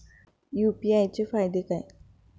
UPI चे फायदे काय?